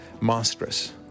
monstrous